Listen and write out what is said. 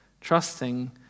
trusting